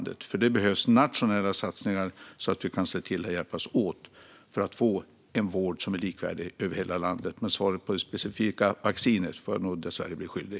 Det behövs nationella satsningar så att vi kan hjälpas åt att få en vård som är likvärdig över hela landet. Svaret angående det specifika vaccinet får jag dessvärre bli skyldig.